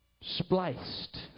spliced